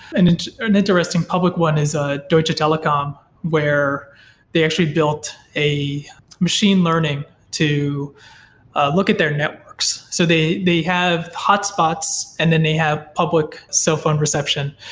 and and an interesting public one is a deutsche telekom, where they actually built a machine learning to look at their networks. so they they have hotspots and then they have public cellphone reception.